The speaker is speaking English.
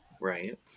Right